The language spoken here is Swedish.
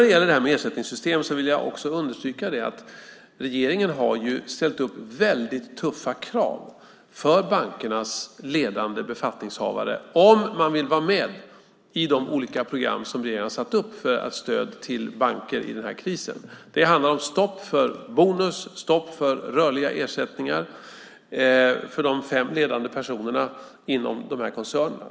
Beträffande ersättningssystem vill jag understryka att regeringen har ställt upp väldigt tuffa krav för bankernas ledande befattningshavare om de vill vara med i de olika program som vi har satt upp för stöd till banker i krisen. Det handlar om stopp för bonus, stopp för rörliga ersättningar till de ledande personerna inom koncernerna.